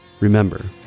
Remember